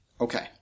Okay